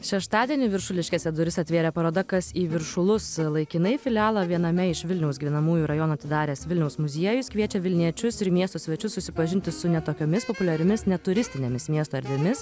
šeštadienį viršuliškėse duris atvėrė paroda kas į viršulus laikinai filialą viename iš vilniaus gyvenamųjų rajonų atidaręs vilniaus muziejus kviečia vilniečius ir miesto svečius susipažinti su ne tokiomis populiariomis neturistinėmis miesto erdvėmis